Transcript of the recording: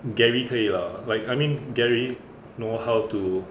gary 可以 lah like I mean gary know how to